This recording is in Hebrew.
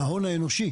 ההון האנושי,